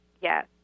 Yes